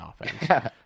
offense